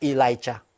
Elijah